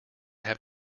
have